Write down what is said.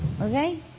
Okay